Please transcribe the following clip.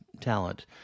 talent